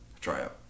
Tryout